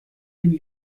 dem